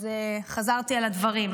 אז חזרתי על הדברים.